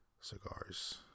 cigars